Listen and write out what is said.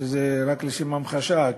וזה רק לשם המחשה,